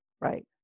right